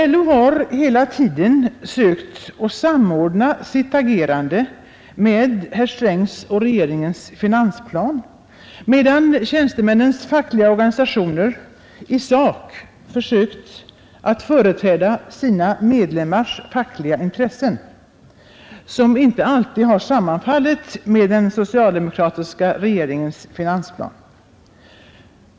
LO har hela tiden sökt samordna sitt agerande med herr Strängs och regeringens finansplan, medan tjänstemännens fackliga organisationer i sak försökt företräda sina medlemmars fackliga intressen, som inte alltid sammanfaller med den socialdemokratiska regeringens finansplan.